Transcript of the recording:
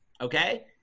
Okay